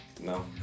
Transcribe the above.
No